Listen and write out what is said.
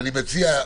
ואני מציע,